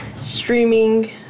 streaming